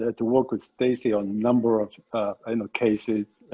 ah to work with stacey on number of um ah cases,